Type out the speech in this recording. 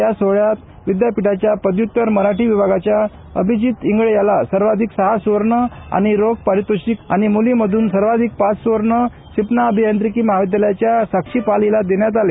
या सोहळ्यात विद्यापीठाच्या पदव्य्तर मराठी विभागाच्या अभिजीत इंगळे याला सर्वाधिक सहा सुवर्ण आणि रोख पारितोषिक आणि मुलीमधून सर्वाधिक पाच सुवर्ण सिपना अभियांत्रिकी महाविदयालयाच्या साक्षी पाल हिला देण्यात आलं